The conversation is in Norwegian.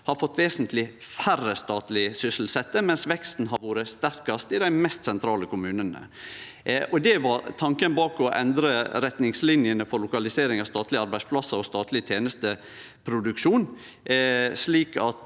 har fått vesentleg færre statleg sysselsette, mens veksten har vore sterkast i dei mest sentrale kommunane. Det var tanken bak å endre retningslinene for lokalisering av statlege arbeidsplassar og statleg tenesteproduksjon, slik at